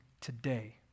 today